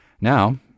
Now